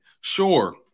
sure